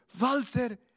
Walter